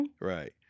Right